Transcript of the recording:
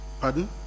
pardon